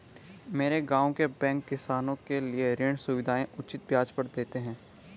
मेरे गांव के बैंक किसानों के लिए ऋण सुविधाएं उचित ब्याज पर देते हैं